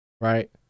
right